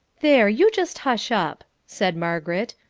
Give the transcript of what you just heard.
there! you just hush up, said margaret.